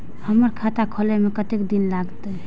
हमर खाता खोले में कतेक दिन लगते?